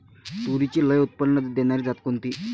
तूरीची लई उत्पन्न देणारी जात कोनची?